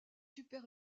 super